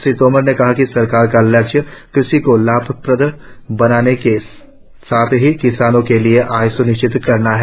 श्री तोमर ने कहा कि सरकार का लक्ष्य कृषि को लाभप्रद बनाने के साथ ही किसानों के लिए आय स्निश्चित करना है